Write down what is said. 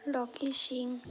Rocky Singh